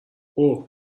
اوه